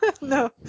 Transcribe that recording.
no